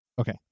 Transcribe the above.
Okay